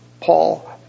Paul